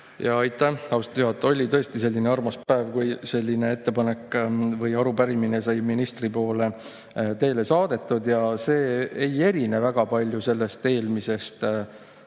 Aitäh, austatud juhataja! Oli tõesti selline armas päev, kui selline ettepanek või arupärimine sai ministri poole teele saadetud. See ei erine väga palju eelmisest.